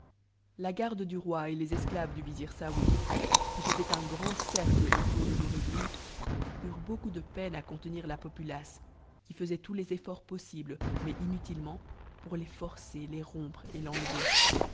la garde du roi et les esclaves du vizir saouy qui faisaient un grand cercle autour de noureddin eurent beaucoup de peine à contenir la populace qui faisait tous les efforts possibles mais inutilement pour les forcer les rompre et l'enlever